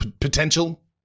potential